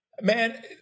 man